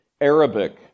Arabic